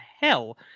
hell